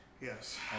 yes